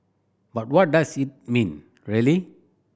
but what does it mean really